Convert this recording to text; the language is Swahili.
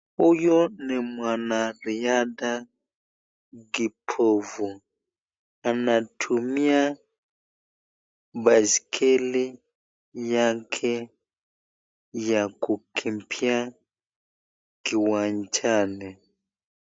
Huyu ni mwanariadha kipofu, anatumia baiskeli yake ya kukimbia kiwanjani.